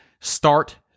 start